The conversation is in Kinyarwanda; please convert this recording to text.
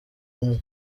umwe